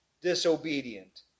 disobedient